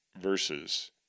verses